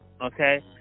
Okay